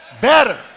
Better